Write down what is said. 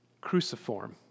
cruciform